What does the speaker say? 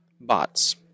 Bots